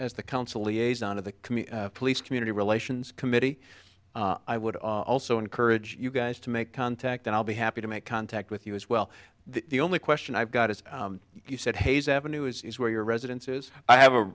as the council liaison of the community police community relations committee i would also encourage you guys to make contact and i'll be happy to make contact with you as well the only question i've got is you said hayes avenue is where your residence is i have a